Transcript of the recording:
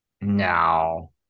No